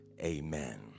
Amen